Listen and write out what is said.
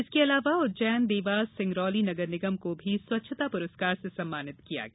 इनके अलावा उज्जैन देवास सिंगरौली नगर निगम को भी स्वच्छता पुरस्कार से सम्मानित किया गया